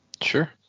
Sure